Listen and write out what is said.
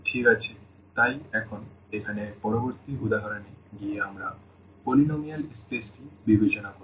ঠিক আছে তাই এখন এখানে পরবর্তী উদাহরণে গিয়ে আমরা polynomial স্পেসটি বিবেচনা করব